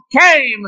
came